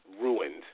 ruined